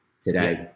today